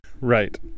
Right